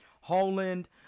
Holland